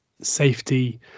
safety